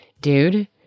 dude